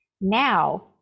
Now